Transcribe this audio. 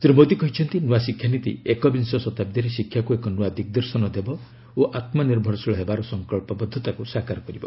ଶ୍ରୀ ମୋଦୀ କହିଛନ୍ତି ନୂଆ ଶିକ୍ଷାନୀତି ଏକବିଂଶ ଶତାବ୍ଦୀରେ ଶିକ୍ଷାକ୍ ଏକ ନ୍ନଆ ଦିଗ୍ଦର୍ଶନ ଦେବ ଓ ଆତ୍ମନିର୍ଭରଶୀଳ ହେବାର ସଂକଳ୍ପବଦ୍ଧତାକୁ ସାକାର କରିବ